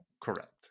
correct